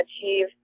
achieve